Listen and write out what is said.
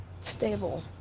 stable